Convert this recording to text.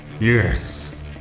yes